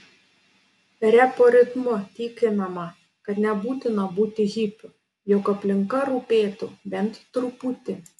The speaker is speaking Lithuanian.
repo ritmu tikinama kad nebūtina būti hipiu jog aplinka rūpėtų bent truputį